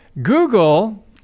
Google